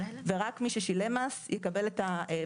ורק מי ששילם מס יקבל את המענק למס הכנסה,